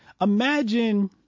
Imagine